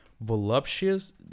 Voluptuous